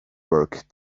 work